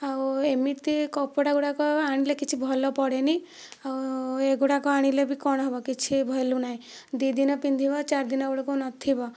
ଆଉ ଏମିତି କପଡ଼ା ଗୁଡ଼ାକ ଆଣିଲେ କିଛି ଭଲ ପଡ଼େନାହିଁ ଆଉ ଏଗୁଡ଼ାକ ଆଣିଲେ ବି କ'ଣ ହେବ କିଛି ଭେଲ୍ୟୁ ନାହିଁ ଦୁଇ ଦିନ ପିନ୍ଧିବ ଚାରି ଦିନ ବେଳକୁ ନଥିବ